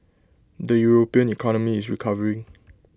the european economy is recovering